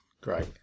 great